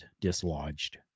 dislodged